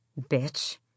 Bitch